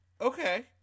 Okay